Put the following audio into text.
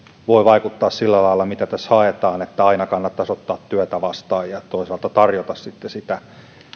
voivat vaikuttaa sillä lailla mitä tässä haetaan että aina kannattaisi toisaalta ottaa työtä vastaan ja toisaalta tarjota sitä